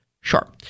Sure